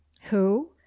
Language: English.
Who